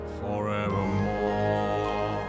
forevermore